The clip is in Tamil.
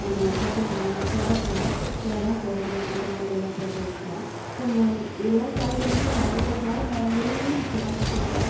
நான் கொத்தவரங்காய் சொரக்காய் இதெல்லாம் தோட்டத்தில் மட்டமாக அப்படியெல்லாம் போட்டு வச்சுக்குவோம் எல்லா காய்கறிகளும் நம்மக்கிட்டே இருக்கனால நம்ம வெளிலையும் விற்கலாம் கத்திரிக்காய்